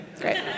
great